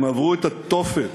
הם עברו את התופת.